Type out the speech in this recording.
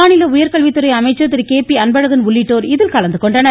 மாநில உயர்கல்வித்துறை அமைச்சர் திரு கே பி அன்பழகன் உள்ளிட்டோர் உடனிருந்தனர்